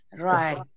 Right